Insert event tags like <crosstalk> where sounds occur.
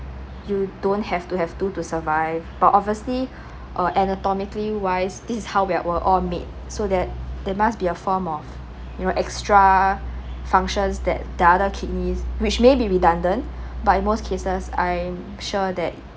you don't have to have two to survive but obviously <breath> anatomically wise this is how we're we were all made so that there must be a form of <breath> you know extra functions that the other kidney which maybe redundant but in most cases I'm sure that